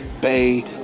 Bay